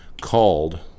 called